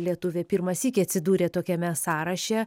lietuvė pirmą sykį atsidūrė tokiame sąraše